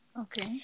Okay